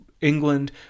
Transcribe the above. England